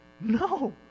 no